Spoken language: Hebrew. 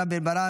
רם בן ברק,